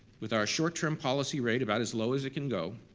with our short-term policy rate about as low as it can go,